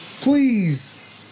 Please